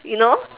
you know